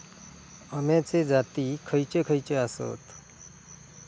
अम्याचे जाती खयचे खयचे आसत?